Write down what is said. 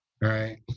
right